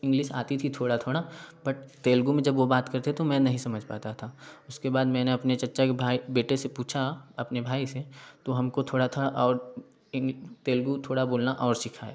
English आती थी थोड़ा थोड़ा बट तेलुगु में जब वो बात करते तो मैं नहीं समझ पाता था उसके के बाद मैंने अपने चाचा के भाई बेटे से पूछा अपने भाई से तो हमको थोड़ा थोड़ा और इन तेलुगु थोड़ा बोलना और सीखाया